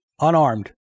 unarmed